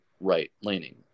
right-leaning